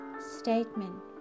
Statement